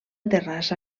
terrassa